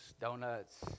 donuts